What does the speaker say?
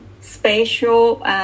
spatial